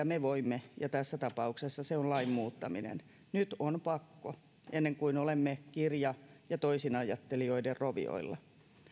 me voimme ja tässä tapauksessa se on lain muuttaminen nyt on pakko ennen kuin olemme kirja ja toisinajattelijoiden rovioilla